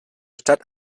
stadt